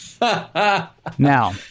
Now